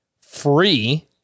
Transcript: free